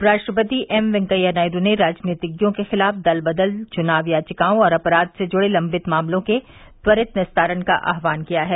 उपराष्ट्रपति एम वेंकैया नायडू ने राजनीतिज्ञों के खिलाफ़ दल बदल चुनाव याचिकाओं और अपराध से जुड़े लंबित मामलों के त्वरित निस्तारण का आह्वान किया है